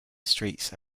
streets